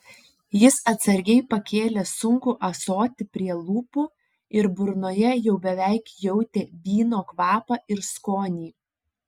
jis atsargiai pakėlė sunkų ąsotį prie lūpų ir burnoje jau beveik jautė vyno kvapą ir skonį